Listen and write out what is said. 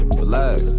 relax